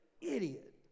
Idiot